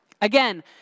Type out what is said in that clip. Again